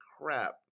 crap